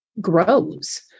grows